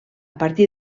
partir